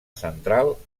central